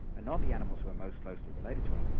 not the animals who are most closely related to us,